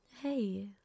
Hey